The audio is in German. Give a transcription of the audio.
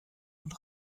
und